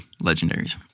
Legendaries